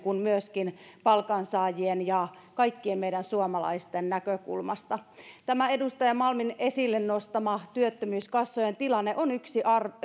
kuin myöskin palkansaajien ja kaikkien meidän suomalaisten näkökulmasta tämä edustaja malmin esille nostama työttömyyskassojen tilanne on yksi